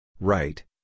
right